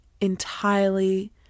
entirely